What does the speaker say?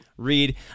read